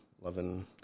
loving